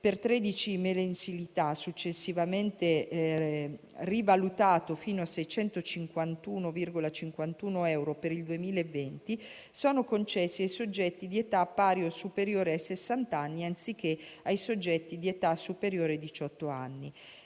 tredici mensilità, successivamente rivalutato fino a 651,51 euro per il 2020) sono concessi ai soggetti di età pari o superiore a sessanta anni, anziché ai soggetti di età superiore a diciotto anni.